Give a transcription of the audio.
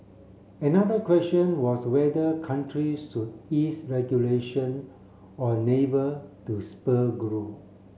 another question was whether countries should ease regulation on labour to spur growth